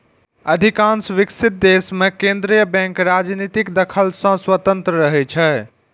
अधिकांश विकसित देश मे केंद्रीय बैंक राजनीतिक दखल सं स्वतंत्र रहै छै